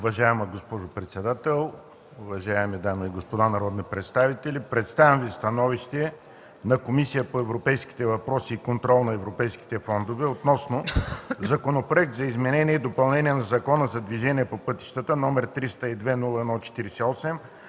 Уважаема госпожо председател, уважаеми дами и господа народни представители, представям Ви: „СТАНОВИЩЕ на Комисията по европейските въпроси и контрол на европейските фондове относно Законопроект за изменение и допълнение на Закона за движение по пътищата, № 302-01-48,